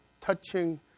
touching